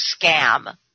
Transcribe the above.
scam